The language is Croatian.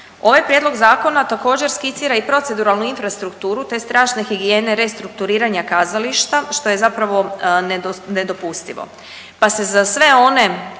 Ovaj prijedlog zakona također skicira i proceduralnu infrastrukturu te strašne higijene restrukturiranja kazališta što je zapravo nedopustivo,